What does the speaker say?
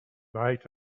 night